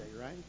right